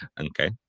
Okay